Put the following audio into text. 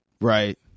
right